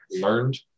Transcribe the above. learned